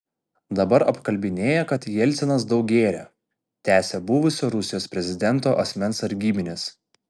dabar apkalbinėja kad jelcinas daug gėrė tęsė buvusio rusijos prezidento asmens sargybinis